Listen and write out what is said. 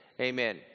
Amen